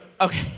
Okay